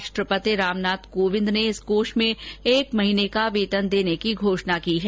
राष्ट्रपति रामनाथ कोविंद ने इस कोष में एक महीने का वेतन देने की घोषणा की है